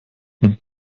nimmt